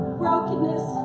brokenness